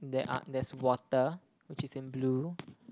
there are there's water which is in blue